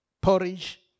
porridge